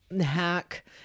hack